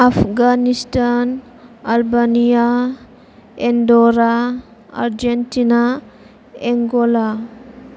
Afghanistan Albania Andorra Argentina Angola